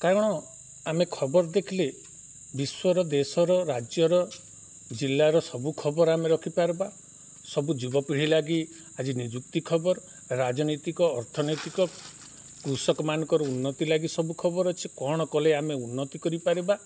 କାରଣ ଆମେ ଖବର ଦେଖିଲେ ବିଶ୍ୱର ଦେଶର ରାଜ୍ୟର ଜିଲ୍ଲାର ସବୁ ଖବର ଆମେ ରଖିପାରବା ସବୁ ଯୁବପିଢ଼ି ଲାଗି ଆଜି ନିଯୁକ୍ତି ଖବର ରାଜନୈତିକ ଅର୍ଥନୈତିକ କୃଷକ ମାନଙ୍କର ଉନ୍ନତି ଲାଗି ସବୁ ଖବର ଅଛି କ'ଣ କଲେ ଆମେ ଉନ୍ନତି କରିପାରିବା